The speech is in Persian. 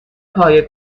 پایه